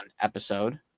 episode